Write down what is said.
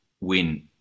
win